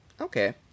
okay